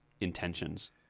intentions